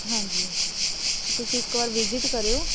ਹਾਂਜੀ ਤੁਸੀਂ ਇੱਕ ਵਾਰ ਵਿਜਿਟ ਕਰਿਓ